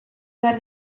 behar